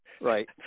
Right